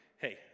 Hey